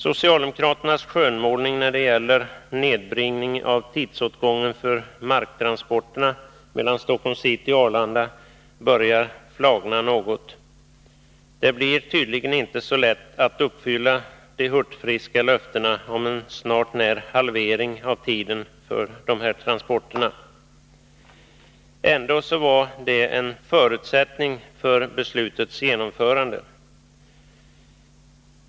Socialdemokraternas skönmålning när det gäller nedbringningen av tidsåtgången för marktransporterna mellan Stockholms city och Arlanda börjar flagna något. Det blir tydligen inte så lätt att uppfylla de hurtfriska löftena om en nära nog halvering av tiden för dessa transporter. Ändå var detta en förutsättning för beslutets genomförande.